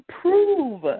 prove